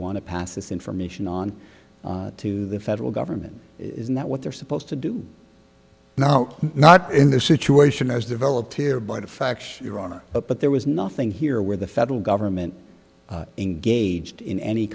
want to pass this information on to the federal government isn't that what they're supposed to do now not in this situation as developed here by the fact your honor but there was nothing here where the federal government engaged in any